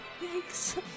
Thanks